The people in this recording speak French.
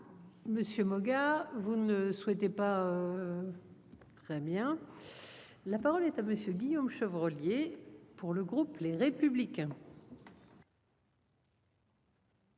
Monsieur. Vous ne souhaitez pas. Très bien. La parole est à monsieur Guillaume Chevrollier pour le groupe Les Républicains.